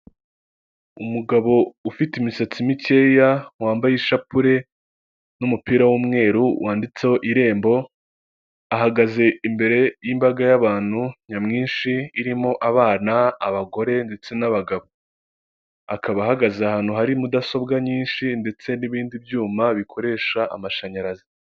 Umugabo ufite imisatsi mikeya wambaye ishapure n'umupira w'umweru wanditseho irembo, ahagaze imbere y'imbaga y'abantu nyamwinshi irimo abana, abagore ndetse n'abagabo. Akaba ahagaze ahantu hari mudasobwa nyinshi ndetse n'ibindi byuma bikoresha amashanyarazi.